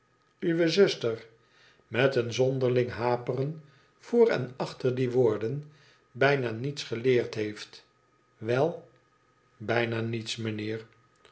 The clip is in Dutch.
uwe zuster met een zonderling haperen vr en achter die woorden i bijna niets geleerd heeft wèl bijna niets mijnheer